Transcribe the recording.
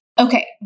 Okay